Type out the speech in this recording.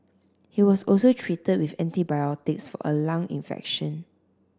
he was also treated with antibiotics for a lung infection